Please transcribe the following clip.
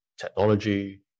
technology